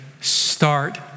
start